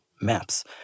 maps